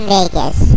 Vegas